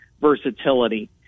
versatility